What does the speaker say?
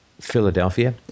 Philadelphia